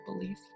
belief